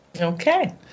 okay